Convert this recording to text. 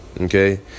Okay